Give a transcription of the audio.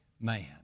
man